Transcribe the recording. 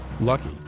Lucky